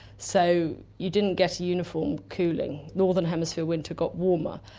so you didn't get a uniform cooling. northern hemisphere winter got warmer.